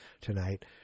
tonight